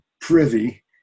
privy